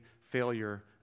failure